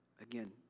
again